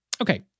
Okay